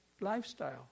lifestyle